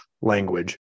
language